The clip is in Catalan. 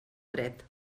dret